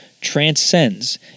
transcends